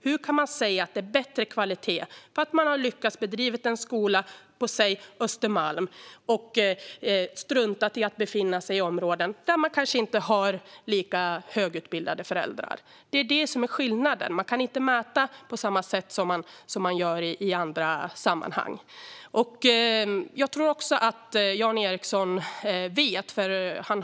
Hur kan man säga att det är bättre kvalitet för att någon har lyckats bedriva en skola på säg Östermalm och struntat i att befinna sig i områden där eleverna kanske inte har lika högutbildade föräldrar? Det är det som är skillnaden. Det går inte att mäta på samma sätt som i andra sammanhang. Jan Ericson har sett våra beräkningar och förslag.